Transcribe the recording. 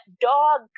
dog